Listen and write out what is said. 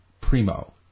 primo